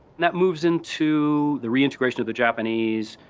that moves into the reintegration of the japanese,